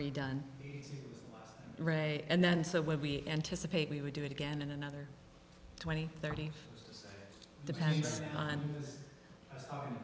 really done right and then so when we anticipate we would do it again in another twenty thirty depends on